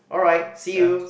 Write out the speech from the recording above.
alright see you